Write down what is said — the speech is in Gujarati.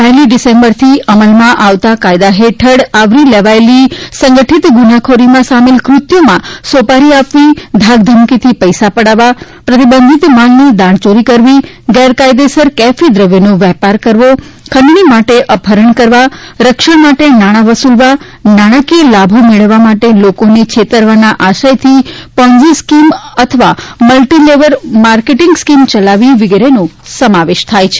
પહેલી ડિસેમ્બરથી અમલમાં આવતા કાયદા હેઠળ આવરી લેવાયેલી સંગઠિત ગુનાખોરીમાં સામેલ કૃત્યોમાં સોપારી આપવી ધાક ધમકીથી પૈસા પડાવવા પ્રતિબંધિત માલની દાણચોરી કરવી ગેરકાયદે કેફીદ્રવ્યોનો વેપાર કરવો ખંડણી માટે અપહરણ કરવા રક્ષણ માટે નાણાં વસુલવા નાણાંકીય લાભો મેળવવા માટે લોકોને છેતરવાના આશયથી પોન્ઝિ સ્કીમ કપટયુક્ત યોજના અથવા મલ્ટી લેવલ માર્કેટીંગ સ્કીમ ચલાવવી વગેરેનો સમાવેશ થાય છે